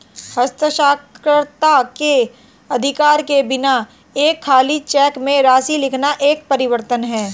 हस्ताक्षरकर्ता के अधिकार के बिना एक खाली चेक में राशि लिखना एक परिवर्तन है